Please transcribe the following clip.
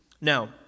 Now